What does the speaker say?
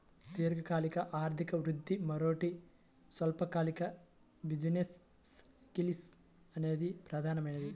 దీర్ఘకాలిక ఆర్థిక వృద్ధి, మరోటి స్వల్పకాలిక బిజినెస్ సైకిల్స్ అనేవి ప్రధానమైనవి